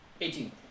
Eighteen